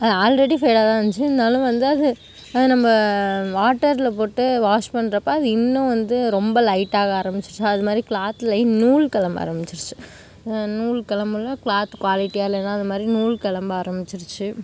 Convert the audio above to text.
அது ஆல்ரெடி ஃபேடாகி தான் இருந்துச்சு இருந்தாலும் வந்து அது அதை நம்ம வாட்டரில் போட்டு வாஷ் பண்ணுறப்ப அது இன்னும் வந்து ரொம்ப லைட்டாக ஆரம்பிச்சுட்டு அது மாதிரி க்ளாத்லேயும் நூல் கிளம்ப ஆரம்பிச்சிடுச்சு நூல் கிளம்பல க்ளாத் குவாலிட்டியாக இல்லைனா அது மாதிரி நூல் கிளம்ப ஆரம்பிச்சிடுச்சு